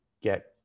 get